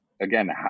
again